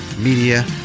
media